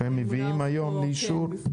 שהם מביאים היום לאישור?